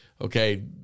okay